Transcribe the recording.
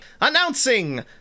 announcing